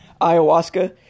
ayahuasca